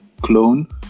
clone